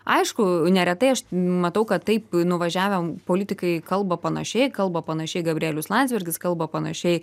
aišku neretai aš matau kad taip nuvažiavę politikai kalba panašiai kalba panašiai gabrielius landsbergis kalba panašiai